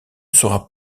sera